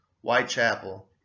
Whitechapel